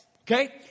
Okay